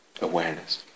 awareness